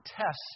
tests